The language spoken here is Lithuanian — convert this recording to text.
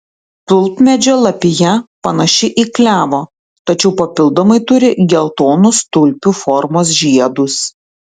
tulpmedžio lapija panaši į klevo tačiau papildomai turi geltonus tulpių formos žiedus